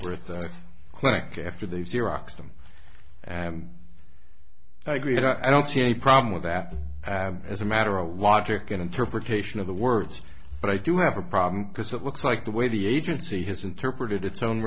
at the clinic after they've xerox them and agree it i don't see any problem with that as a matter of logic and interpretation of the words but i do have a problem because it looks like the way the agency has interpreted its own